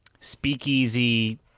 speakeasy